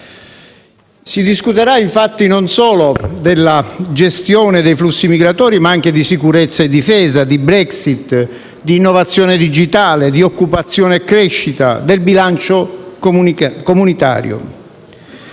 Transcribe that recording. Si discuterà infatti non solo della gestione dei flussi migratori, ma anche di sicurezza e difesa, di Brexit, di innovazione digitale, di occupazione e crescita, del bilancio comunitario